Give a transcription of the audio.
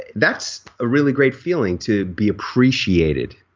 that's a really great feeling to be appreciated.